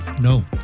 No